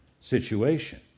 situation